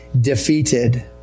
defeated